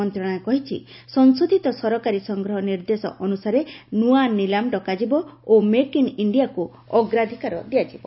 ମନ୍ତ୍ରଣାଳୟ କହିଛି ସଂଶୋଧିତ ସରକାରୀ ସଂଗ୍ରହ ନିର୍ଦ୍ଦେଶ ଅନୁସାରେ ନୂଆ ନିଲାମ ଡକାଯିବ ଓ ମେକ୍ ଇନ୍ ଇଣ୍ଡିଆକୁ ଅଗ୍ରାଧିକାର ଦିଆଯିବ